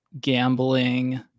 gambling